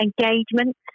engagement